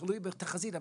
תלוי בתחזית,